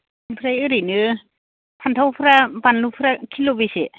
आमफ्राय ओरैनो फान्थावफ्रा बानलुफ्रा किल' बेसे